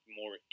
more